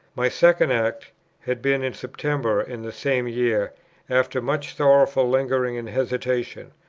my second act had been in september in the same year after much sorrowful lingering and hesitation,